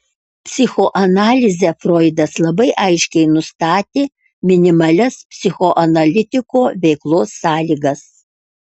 psichoanalize froidas labai aiškiai nustatė minimalias psichoanalitiko veiklos sąlygas